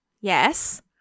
yes